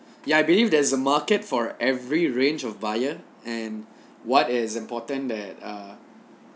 ya I believe there's a market for every range of buyer and what is important that uh